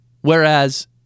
whereas